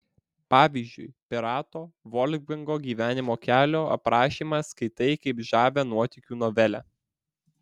pavyzdžiui pirato volfgango gyvenimo kelio aprašymą skaitai kaip žavią nuotykių novelę